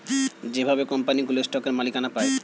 যেভাবে কোম্পানিগুলো স্টকের মালিকানা পায়